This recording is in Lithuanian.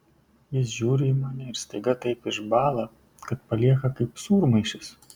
jis žiūri į mane ir staiga taip išbąla kad palieka kaip sūrmaišis